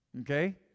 Okay